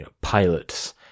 pilots